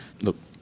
Look